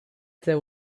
there